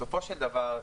בסופו של דבר,